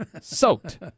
Soaked